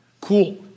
Cool